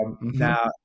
now